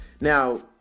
Now